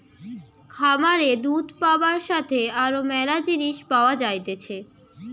খামারে দুধ পাবার সাথে আরো ম্যালা জিনিস পাওয়া যাইতেছে